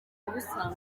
ubusa